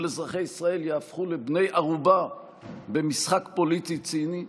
אזרחי ישראל יהפכו לבני ערובה במשחק פוליטי ציני,